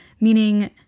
meaning